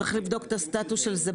צריך לבדוק את הסטטוס של זה.